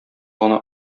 гына